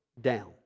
down